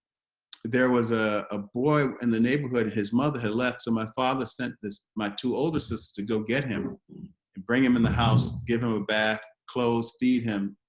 there was ah a boy in the neighborhood his mother had left, so my father sent my two older sisters to go get him and bring him in the house, give him a bath, clothe, feed him.